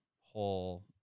whole